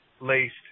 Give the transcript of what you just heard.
laced